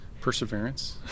Perseverance